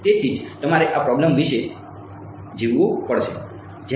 તેથી તેથી જ તમારે આ પ્રોબ્લમ સાથે જીવવું પડશે